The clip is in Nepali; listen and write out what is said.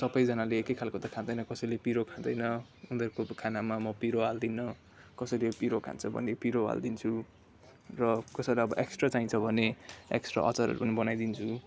सबैजनाले एकै खालको त खाँदैन कसैले पिरो खाँदैन उनीहरूको खानामा म पिरो हाल्दिनँ कसैले पिरो खान्छ भने पिरो हलिदिन्छु र कसैलाई अब एक्स्ट्रा चाहिन्छ भने एक्स्ट्रा अचारहरू पनि बनाइदिन्छु